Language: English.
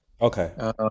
okay